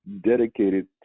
dedicated